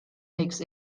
makes